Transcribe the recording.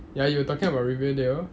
ya you were talking about riverdale